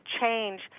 change